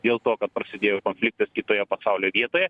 dėl to kad prasidėjo konfliktas kitoje pasaulio vietoje